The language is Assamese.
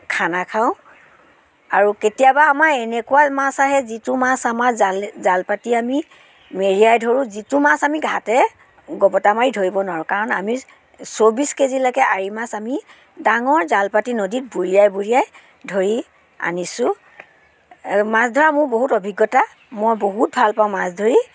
খানা খাওঁ আৰু কেতিয়াবা আমাৰ এনেকুৱা মাছ আহে যিটো মাছ আমাৰ জালে জালপাতি আমি মেৰিয়াই ধৰোঁ যিটো মাছ আমি ঘাতে গপতা মাৰি ধৰিব নোৱাৰোঁ কাৰণ আমি চৌব্বিছ কেজিলৈকে আৰি মাছ আমি ডাঙৰ জালপাতি নদীত বুৰিয়াই বুৰিয়াই ধৰি আনিছোঁ মাছ ধৰা মোৰ বহুত অভিজ্ঞতা মই বহুত ভাল পাওঁ মাছ ধৰি